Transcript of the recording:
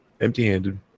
Empty-handed